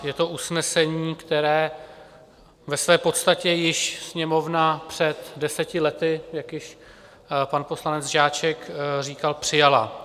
Je to usnesení, které ve své podstatě již Sněmovna před deseti lety, jak již pan poslanec Žáček říkal, přijala.